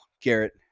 Garrett